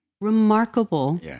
Remarkable